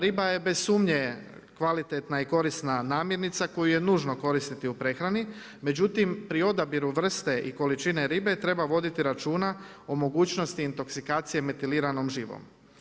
Riba je bez sumnje kvalitetna i korisna namirnica koju je nužno koristiti u prehrani međutim pri odabiru vrste i količine ribe treba voditi računa o mogućnosti intoksikacije metiliranom živom.